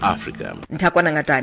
Africa